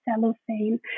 cellophane